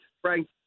frank